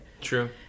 True